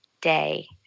day